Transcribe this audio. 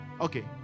Okay